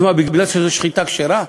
אז מה, מפני שזה שחיטה כשרה?